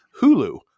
Hulu